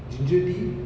ginger tea